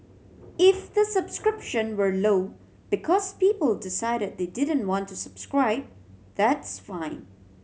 if the subscription were low because people decided they didn't want to subscribe that's fine